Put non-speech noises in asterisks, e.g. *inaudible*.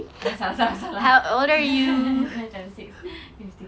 eh salah salah salah *laughs* nine times six